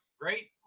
great